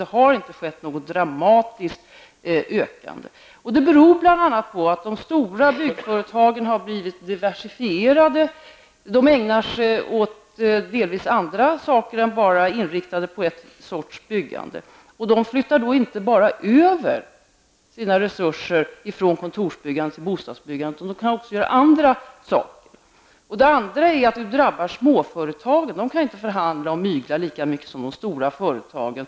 Det har inte skett någon dramatisk ökning. Detta beror bl.a. på att de stora byggföretagen har blivit diversifierade. De ägnar sig åt delvis andra saker och är inte bara inriktade på ett sorts byggande. De flyttar inte bara över sina resurser från kontorsbyggande till bostadsbyggande, de kan också göra andra saker. Denna ordning drabbar småföretagen. De kan inte förhandla och mygla lika mycket som de stora företagen.